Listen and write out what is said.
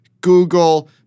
Google